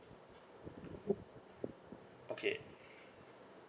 okay